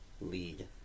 lead